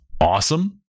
Awesome